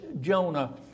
Jonah